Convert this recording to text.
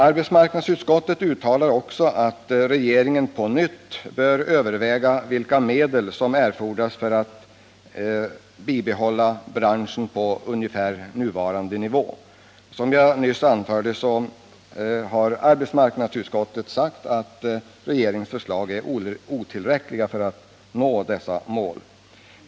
Arbetsmarknadsutskottet uttalar också att regeringen på nytt bör överväga vilka medel som erfordras för att branschen skall kunna bibehållas vid ungefär nuvarande nivå. Som jag nyss anförde har utskottet uttalat att regeringens förslag är otillräckliga för att nå dessa mål.